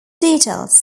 details